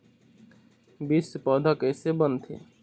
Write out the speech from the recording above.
बीज से पौधा कैसे बनथे?